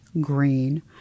Green